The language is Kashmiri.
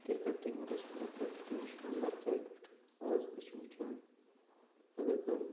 کِرکَٹٕے ووت اَسہِ برونٛہہ پٮ۪ٹھٕ تہِ وٕچھان لۄکچارٕ پٮ۪ٹھ اَز تہِ چھِ وٕچھان اگر کانٛہہ